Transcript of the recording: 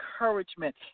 encouragement